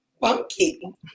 funky